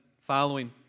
following